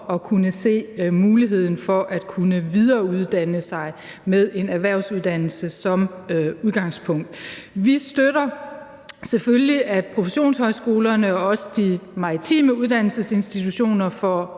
at kunne se muligheden for at kunne videreuddanne sig med en erhvervsuddannelse som udgangspunkt. Vi støtter selvfølgelig, at professionshøjskolerne og også de maritime uddannelsesinstitutioner får